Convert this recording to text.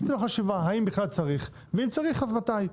עצם החשיבה, האם בכלל צריך, ואם צריך אז מתי,